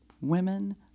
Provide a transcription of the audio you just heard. women